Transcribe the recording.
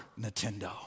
Nintendo